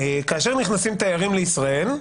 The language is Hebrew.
כאשר נכנסים תיירים לישראל,